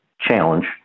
challenge